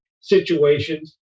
situations